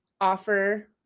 offer